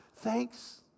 Thanks